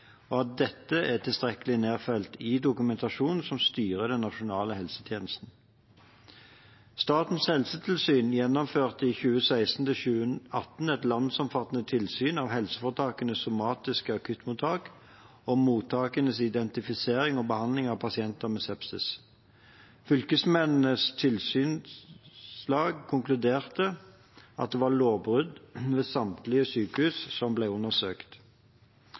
og at dette er tilstrekkelig nedfelt i dokumentasjon som styrer den nasjonale helsetjenesten. Statens helsetilsyn gjennomførte i 2016–2018 et landsomfattende tilsyn med helseforetakenes somatiske akuttmottak og mottakenes identifisering og behandling av pasienter med sepsis. Fylkesmennenes tilsynslag konkluderte med at det var lovbrudd ved samtlige sykehus som ble undersøkt.